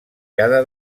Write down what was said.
cada